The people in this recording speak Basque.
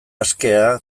askea